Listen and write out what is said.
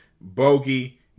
Bogey